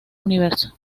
universo